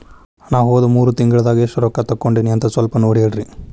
ನಾ ಹೋದ ಮೂರು ತಿಂಗಳದಾಗ ಎಷ್ಟು ರೊಕ್ಕಾ ತಕ್ಕೊಂಡೇನಿ ಅಂತ ಸಲ್ಪ ನೋಡ ಹೇಳ್ರಿ